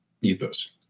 ethos